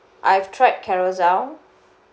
I've tried Carousell